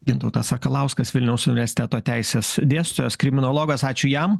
gintautas sakalauskas vilniaus universiteto teisės dėstytojas kriminologas ačiū jam